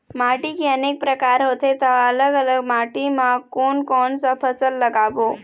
माटी के अनेक प्रकार होथे ता अलग अलग माटी मा कोन कौन सा फसल लगाबो?